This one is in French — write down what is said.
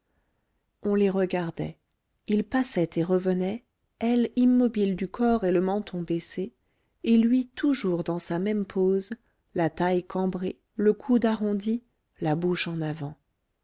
on les regardait ils passaient et revenaient elle immobile du corps et le menton baissé et lui toujours dans sa même pose la taille cambrée le coude arrondi la bouche en avant